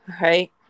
right